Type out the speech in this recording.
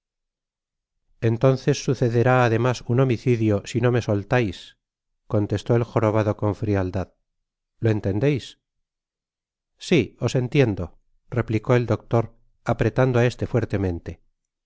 entonces sucederá además un homicidio sino me soltais contestó el jorobado con frialdad lo entendeis si os entiendo replicó el doctor apretando á éste fuertemente